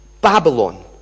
Babylon